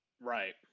Right